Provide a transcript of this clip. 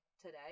today